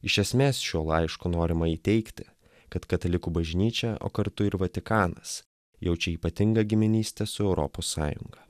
iš esmės šiuo laišku norima įteigti kad katalikų bažnyčia o kartu ir vatikanas jaučia ypatingą giminystę su europos sąjunga